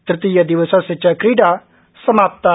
तृतीयदिवसस्य च क्रीडा समाप्ता